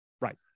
Right